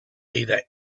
either